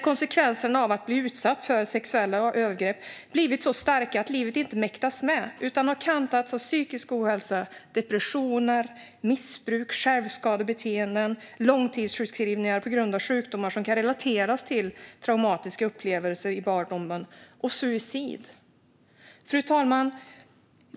Konsekvenserna av att ha blivit utsatt för sexuella övergrepp kan bli så starka att livet inte mäktas med utan kantas av psykisk ohälsa, depressioner, missbruk, självskadebeteenden, långtidssjukskrivningar - på grund av sjukdomar som kan relateras till traumatiska upplevelser i barndomen - och suicid. Fru talman!